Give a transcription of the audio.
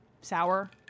Sour